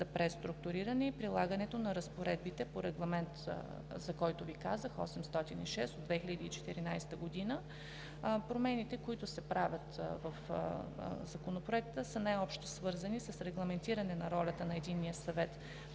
за преструктуриране и прилагане на разпоредбите по Регламент № 806 от 2014 г., за който вече Ви казах. Промените, които се правят в Законопроекта, са най-общо свързани с регламентиране на ролята на Единния съвет